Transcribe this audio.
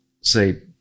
say